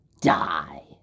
die